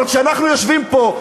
אבל כשאנחנו יושבים פה,